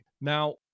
Now